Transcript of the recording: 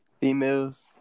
females